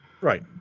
Right